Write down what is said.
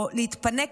או להתפנק,